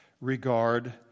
regard